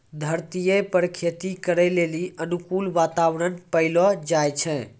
धरतीये पर खेती करै लेली अनुकूल वातावरण पैलो जाय छै